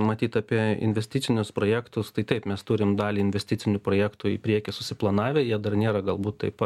matyt apie investicinius projektus tai taip mes turim dalį investicinių projektų į priekį susiplanavę jie dar nėra galbūt taip